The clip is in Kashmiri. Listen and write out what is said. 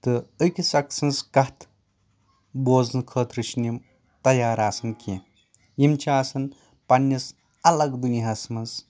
تہٕ أکِس اکھ سٕنٛز کَتھ بوزنہٕ خٲطرٕ چھِ نہٕ یِم تَیار آسان کیٚنٛہہ یِم چھِ آسان پَنٕنِس اَلگ دُنیاہس منٛز